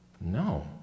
no